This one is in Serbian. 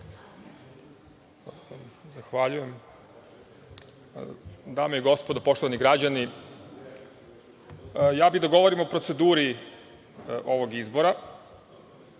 Zahvaljujem. Dame i gospodo, poštovani građani, ja bih da govorim o proceduri ovog izbora,